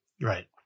Right